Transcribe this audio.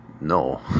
No